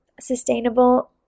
Sustainable